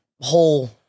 whole